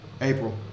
April